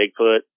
bigfoot